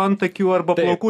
antakių arba niekuo